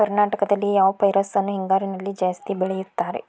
ಕರ್ನಾಟಕದಲ್ಲಿ ಯಾವ ಪೈರನ್ನು ಹಿಂಗಾರಿನಲ್ಲಿ ಜಾಸ್ತಿ ಬೆಳೆಯುತ್ತಾರೆ?